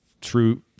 true